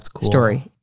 story